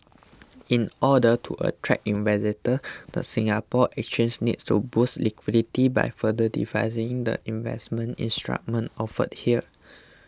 in order to attract investors the Singapore Exchange needs to boost liquidity by further diversifying the investment instruments offered here